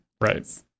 Right